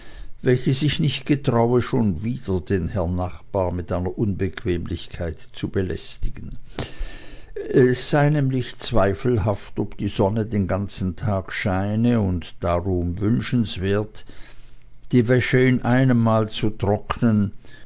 welche sich nicht getraue schon wieder den herrn nachbarn mit einer unbequemlichkeit zu belästigen es sei nämlich zweifelhaft ob die sonne den ganzen tag scheine und darum wünschenswert die wäsche in einemmal zu trocknen